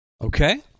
Okay